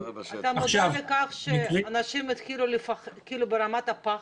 אתה מודע לזה שזה כבר ברמת הפחד?